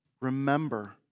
Remember